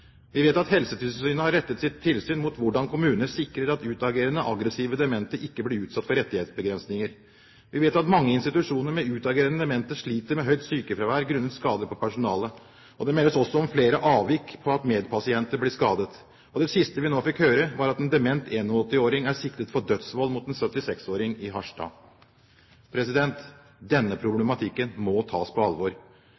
Vi vet at Helsetilsynet har rettet sitt tilsyn mot hvordan kommuner sikrer at utagerende/aggressive demente ikke blir utsatt for rettighetsbegrensninger. Vi vet at mange institusjoner med utagerende demente sliter med høyt sykefravær grunnet skader på personalet. Det meldes også om at det er flere avvik der medpasienter blir skadet. Det siste vi nå fikk høre, var at en dement 81-åring er siktet for å ha forårsaket dødsfallet til en 76-åring i Harstad. Denne